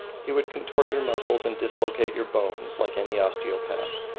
he would contort your muscles and dislocate your bones like any osteopath.